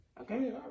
Okay